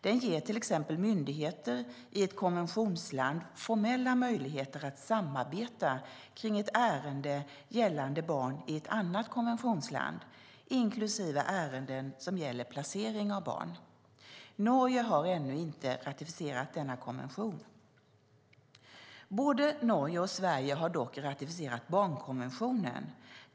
Den ger till exempel myndigheter i ett konventionsland formella möjligheter att samarbeta i ett ärende gällande barn i ett annat konventionsland, inklusive ärenden som gäller placering av barn. Norge har ännu inte ratificerat denna konvention. Både Norge och Sverige har dock ratificerat barnkonventionen.